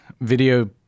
video